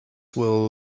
will